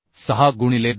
06 गुणिले 10